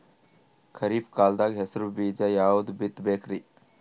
ಖರೀಪ್ ಕಾಲದಾಗ ಹೆಸರು ಬೀಜ ಯಾವದು ಬಿತ್ ಬೇಕರಿ?